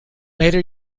later